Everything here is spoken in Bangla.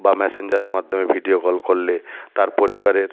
বা মেসেঞ্জারের মাধ্যমে ভিডিও কল করলে তার পরিবারের